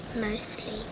Mostly